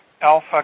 alpha